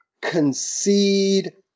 concede